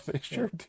sure